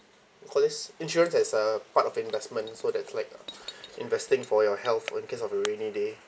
call this insurance as a part of investments so that's like investing for your health well in case of a rainy day